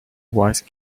wise